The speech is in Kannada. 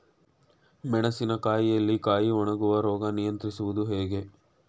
ಮೆಣಸಿನ ಕಾಯಿಯಲ್ಲಿ ಕಾಯಿ ಒಣಗುವ ರೋಗ ನಿಯಂತ್ರಿಸುವುದು ಹೇಗೆ?